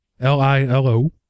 L-I-L-O